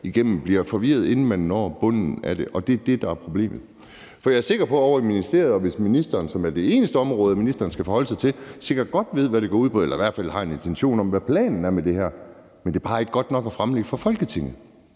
igennem, bliver forvirrede, inden de når til bunden af det, og det er det, der er problemet. Jeg er sikker på, at ministeren og dem ovre i ministeriet – det er det eneste område, som ministeren skal forholde sig til – sikkert godt ved, hvad det går ud på, eller at de i hvert fald har en intention om, hvad planen er med det her. Men det er bare ikke godt nok at fremlægge for Folketinget.